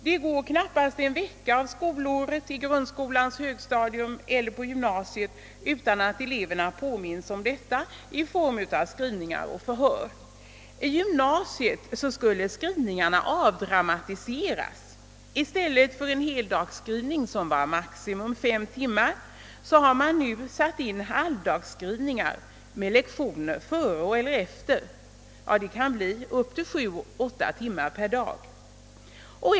Det går knappast en vecka av skollovet i grundskolans högstadium eller i gymnasiet utan att eleverna påminns om detta genom skrivningar och förhör. I gymnasiet skulle skrivningarna avdramatiseras. I stället för heldagsskrivningar på maximalt fem timmar har man därför nu satt in halvdagsskrivningar med lek tioner inlagda före eller efter. Eleverna kan därför få sju å åtta timmar i skolan på en dag.